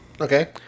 Okay